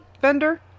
vendor